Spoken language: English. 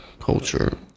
culture